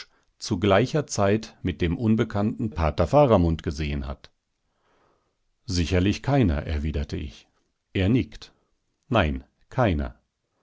zu gleicher zeit mit dem unbekannten pater faramund gesehn hat sicherlich keiner erwiderte ich er nickt nein keiner